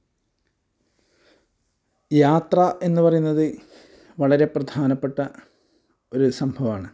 യാത്ര എന്ന് പറയുന്നത് വളരെ പ്രധാനപ്പെട്ട ഒരു സംഭവമാണ്